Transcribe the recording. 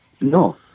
no